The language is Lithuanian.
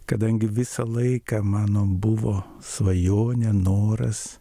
kadangi visą laiką mano buvo svajonė noras